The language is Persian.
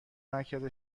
مرکز